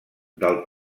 del